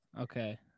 Okay